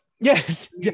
Yes